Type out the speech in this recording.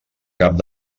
cap